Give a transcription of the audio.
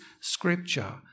scripture